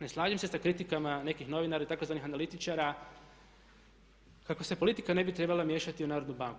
Ne slažem se sa kritikama nekih novinara, tzv. analitičara kako se politika ne bi trebala miješati u Narodnu banku.